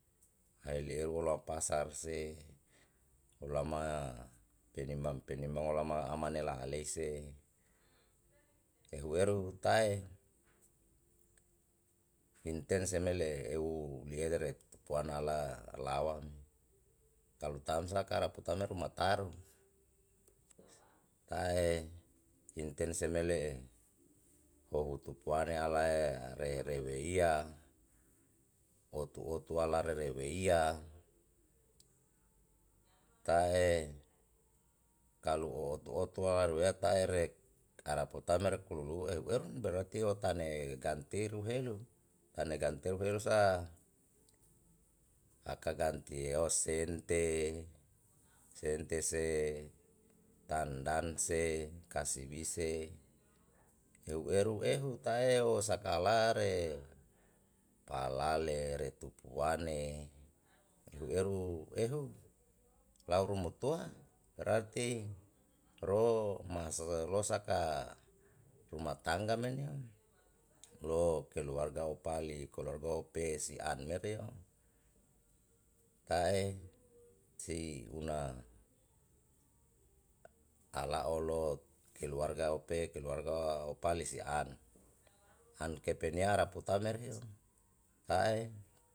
Hae lieru lau pasar se olama penimbang penimbang olama amane la'aleise ehu eru tae hinten se mele'e eu liere tupuana la lawam, kalu tam saka araputa me rumataru, tae hinten se mele'e lou tupuane alae rerewiya otu otu ala rerewiya ta'e kalu o otu otu ala ruetaerek araputa mere kululu ehu eru berarti o tane gantiru helu, tane gantiru helu sa aka gantieo sente, sente se tandan se kasibi se eu eru ehu ta'e osakalare palale retupuane hueru ehu lau rumutoa berarti ro masosolou saka rumah tangga menio. lo keluarga opali keluarga opesi an merio, ta'e si una ala olot keluarga ope keluarga opali si an, an kepenia araputa merio ta'e.